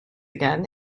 again